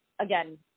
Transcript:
again